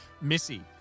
Missy